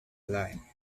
line